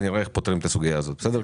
ונראה איך פותרים את הסוגייה הזאת, בסדר?